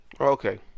Okay